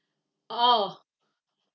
orh